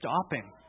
stopping